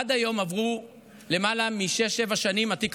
עד היום,